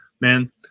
man